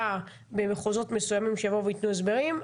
במחוזות מסוימים שיבואו ויתנו הסברים,